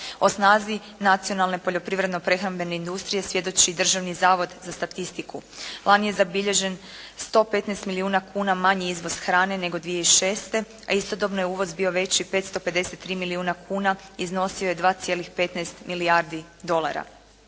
O snazi nacionalne poljoprivredne industrije svjedoči Državni zavod za statistiku. Lani je zabilježen 115 milijuna kuna manji izvoz hrane nego 2006. a istodobno je uvoz bio veći 553 milijuna kuna i iznosio je 2,15 milijardi dolara.